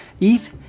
ETH